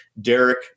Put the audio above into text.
Derek